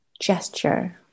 gesture